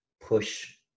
push